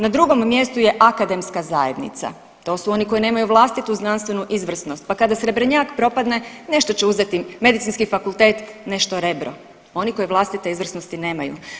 Na drugom mjestu je akademska zajednica, to su oni koji nemaju vlastitu znanstvenu izvrsnost, pa kada Srebrnjak propadne nešto će uzeti Medicinski fakultet, nešto Rebro oni koji vlastite izvrsnosti nemaju.